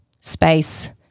space